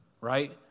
Right